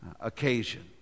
occasion